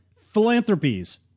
philanthropies